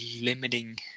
limiting